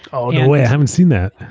oh, no way. i haven't seen that.